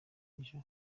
y’ijoro